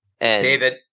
David